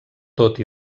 tot